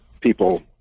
people